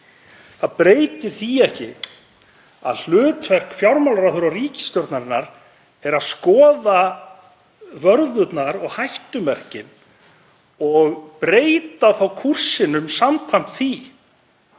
Það breytir því ekki að hlutverk fjármálaráðherra og ríkisstjórnarinnar er að skoða vörðurnar og hættumerkin og breyta þá kúrsinum samkvæmt því.